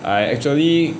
I actually